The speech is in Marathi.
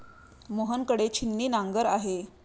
मोहन कडे छिन्नी नांगर आहे